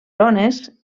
zones